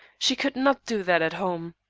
she could not do that at home.